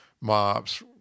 mops